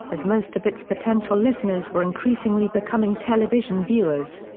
as most of its potential listeners were increasingly becoming television viewers.